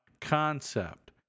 concept